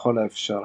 ככל האפשר.